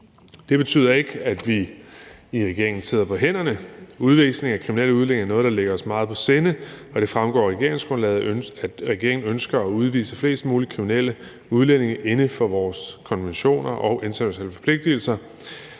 Det betyder ikke, at vi i regeringen sidder på hænderne. Udvisning af kriminelle udlændinge er noget, der ligger os meget på sinde, og det fremgår af regeringsgrundlaget, at regeringen ønsker at udvise flest mulige kriminelle udlændinge inden for vores konventioner og internationale forpligtigelser.